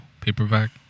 paperback